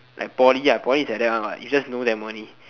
like poly poly is like that one what poly you just know them only